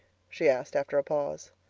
she asked after a pause.